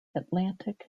atlantic